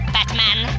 Batman